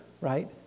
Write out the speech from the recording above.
right